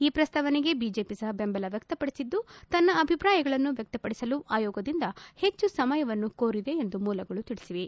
ಈ ಪ್ರಸ್ತಾವನೆಗೆ ಬಿಜೆಪಿ ಬೆಂಬಲ ವ್ಯಕ್ತಪಡಿಸಿದ್ದು ತನ್ನ ಅಭಿಪ್ರಾಯಗಳನ್ನು ವ್ಯಕ್ತಪಡಿಸಲು ಆಯೋಗದಿಂದ ಹೆಚ್ಚು ಸಮಯವನ್ನು ಕೋರಿದೆ ಎಂದು ಮೂಲಗಳು ತಿಳಿಸಿವೆ